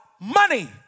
money